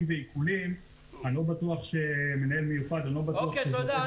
ועיקולים אני לא בטוח שמנהל מיוחד --- תודה.